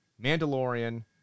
Mandalorian